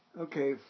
Okay